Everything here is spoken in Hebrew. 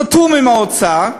חתום עם האוצר,